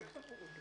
אתה יכול לבדוק?